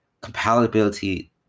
compatibility